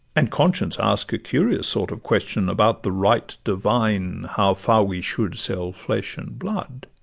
and conscience ask a curious sort of question, about the right divine how far we should sell flesh and blood.